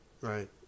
right